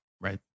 Right